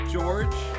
George